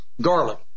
Garlic